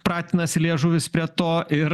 pratinasi liežuvis prie to ir